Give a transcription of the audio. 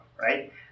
right